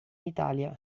italia